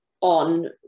on